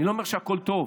אני לא אומר שהכול טוב,